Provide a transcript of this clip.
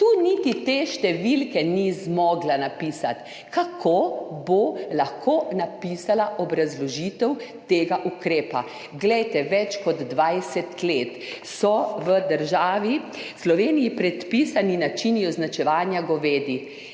Tu niti te številke ni zmogla napisati. Kako bo lahko napisala obrazložitev tega ukrepa? Več kot 20 let so v državi v Sloveniji predpisani načini označevanja govedi,